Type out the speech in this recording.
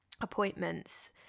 appointments